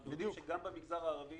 אנחנו יודעים שגם במגזר החרדי